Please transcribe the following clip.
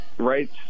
Right